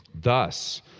Thus